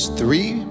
three